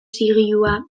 zigilua